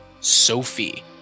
Sophie